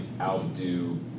outdo